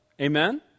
Amen